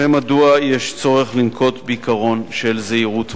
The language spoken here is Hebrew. ומדוע יש צורך לנקוט עיקרון של זהירות מונעת.